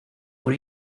por